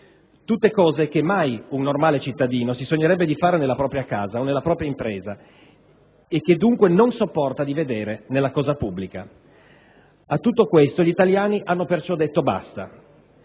Tutte cose che mai un normale cittadino si sognerebbe di fare nella propria casa o nella propria impresa e che dunque non sopporta di vedere nella cosa pubblica. A tutto questo gli italiani hanno perciò detto basta